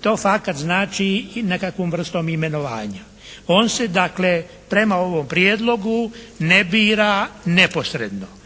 To fakat znači i nekakvom vrstom imenovanja. On se dakle prema ovom prijedlogu ne bira neposredno.